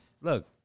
look